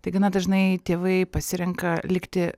tai gana dažnai tėvai pasirenka likti